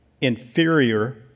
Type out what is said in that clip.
inferior